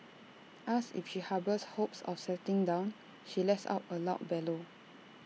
asked if she harbours hopes of settling down she lets out A loud bellow